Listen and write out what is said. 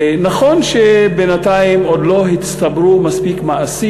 נכון שבינתיים עוד לא הצטברו מספיק מעשים